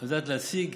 את יודעת, להשיג